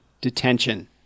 detention